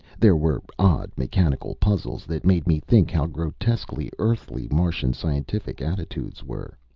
there were odd mechanical puzzles that made me think how grotesquely earthly martian scientific attitudes were.